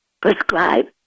prescribe